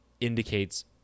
indicates